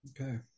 Okay